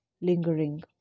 lingering